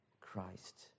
Christ